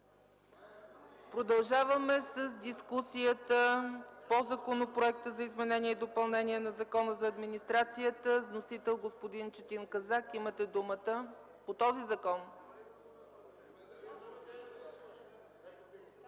Продължаваме с дискусията по Законопроекта за изменение и допълнение на Закона за администрацията с вносител господин Четин Казак. (Шум и реплики